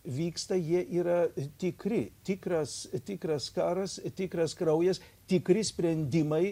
vyksta jie yra tikri tikras tikras karas tikras kraujas tikri sprendimai